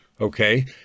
Okay